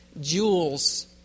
jewels